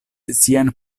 sian